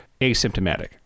asymptomatic